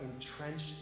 entrenched